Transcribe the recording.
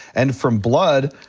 and from blood,